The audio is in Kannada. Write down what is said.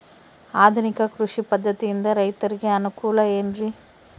ಆಧುನಿಕ ಕೃಷಿ ಪದ್ಧತಿಯಿಂದ ರೈತರಿಗೆ ಅನುಕೂಲ ಏನ್ರಿ?